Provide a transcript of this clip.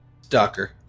Stalker